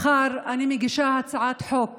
מחר אני מגישה הצעת חוק